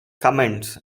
comments